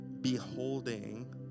beholding